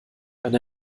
eine